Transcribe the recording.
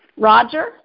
Roger